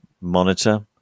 Monitor